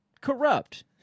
corrupt